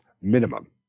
minimum